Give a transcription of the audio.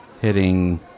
hitting